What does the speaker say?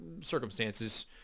circumstances